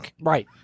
Right